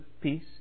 peace